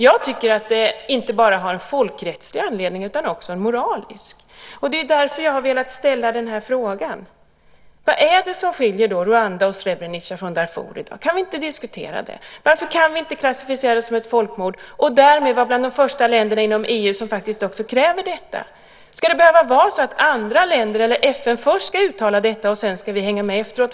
Jag tycker att det inte bara finns en folkrättslig anledning utan också en moralisk. Det är därför som jag har velat ställa den här frågan. Vad är det då som skiljer Rwanda och Srebrenica från Darfur i dag? Kan vi inte diskutera det? Varför kan vi inte klassificera det som ett folkmord och därmed vara bland de första länderna inom EU som faktiskt kräver detta? Ska det behöva vara så att andra länder eller FN först ska uttala detta och sedan ska vi hänga med efteråt?